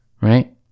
right